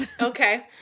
Okay